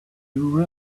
urim